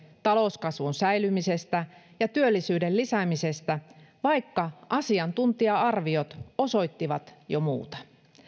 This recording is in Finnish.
talouskasvun säilymisestä ja työllisyyden lisäämisestä vaikka asiantuntija arviot osoittivat jo muuta